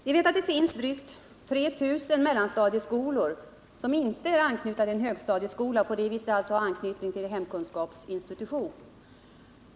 Vi vet att det finns drygt 3 000 mellanstadieskolor som inte är anknutna till högstadieskolor och på det viset har anknytning till en hemkunskapsinstitution.